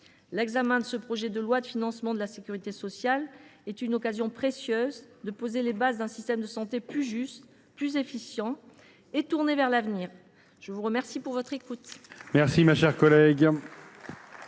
L’examen de ce projet de loi de financement de la sécurité sociale constitue une occasion précieuse de poser les bases d’un système de santé plus juste, plus efficient et tourné l’avenir. La parole est à Mme Corinne